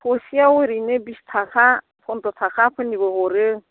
थसेआव ओरैनो बिस थाखा फन्द्र थाखाफोरनिबो हरो